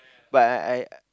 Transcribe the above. but I I